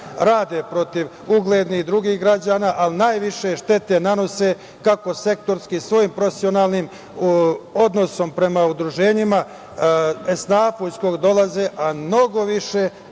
rade protiv uglednih drugih građana, ali najviše štete nanose kako sektorski svojim profesionalnim odnosom prema udruženjima, esnafu iz koga dolaze, a mnogo više